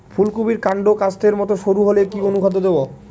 ফুলকপির কান্ড কাস্তের মত সরু হলে কি অনুখাদ্য দেবো?